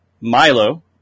Milo